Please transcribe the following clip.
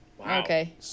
Okay